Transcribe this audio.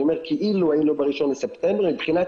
אני אומר כאילו היינו ב-1 בספטמבר מבחינת